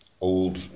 old